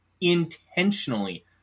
intentionally